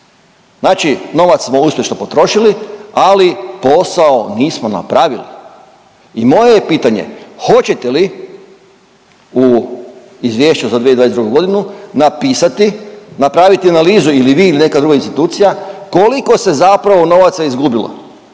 Znači novac smo uspješno potrošili, ali posao nismo napravili. I moje je pitanje hoćete li u izvješću za 2022. godinu napisati, napraviti analizu ili vi ili neka druga institucija koliko se zapravo novaca izgubilo,